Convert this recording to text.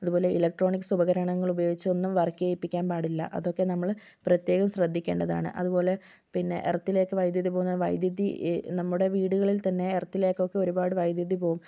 അതുപോലെ ഇലക്ട്രോണിക്സ് ഉപകരണങ്ങൾ ഉപയോഗിച്ചൊന്നും വർക്ക് ചെയ്യിപ്പിക്കാൻ പാടില്ല അതൊക്കെ നമ്മൾ പ്രത്യേകം ശ്രദ്ധിക്കേണ്ടതാണ് അതുപോലെ പിന്നെ എർത്തിലേക്ക് വൈദ്യുതി പോകുന്ന വൈദ്യുതി നമ്മുടെ വീടുകളിൽ തന്നെ എർത്തിലേക്കൊക്കെ ഒരുപാട് വൈദ്യുതിപോകും